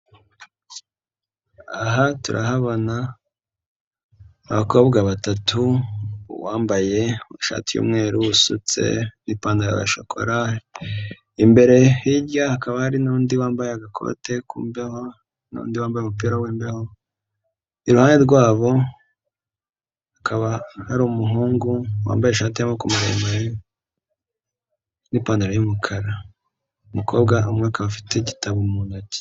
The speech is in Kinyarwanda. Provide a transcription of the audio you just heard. Aha turahabona abakobwa batatu. Uwambaye ishati y'umweru, usutse n'ipantaro ya shokora. Imbere hirya hakaba harundi wambaye agakote k'imbeho nundi wambaye umupira w'imbeho. Iruhande rwabo hakaba hari umuhungu wambaye ishati y'amaboko maremare n'ipantaro y'umukara. Umukobwa umwe akaba afite igitabo mu ntoki.